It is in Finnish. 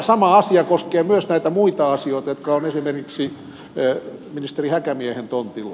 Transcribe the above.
sama asia koskee myös näitä muita asioita jotka ovat esimerkiksi ministeri häkämiehen tontilla